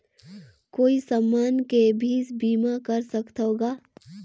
कोई समान के भी बीमा कर सकथव का?